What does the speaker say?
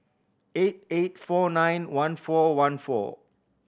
eight eight four nine one four one four